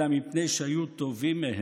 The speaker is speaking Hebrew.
אלא מפני שהיו טובים מהם,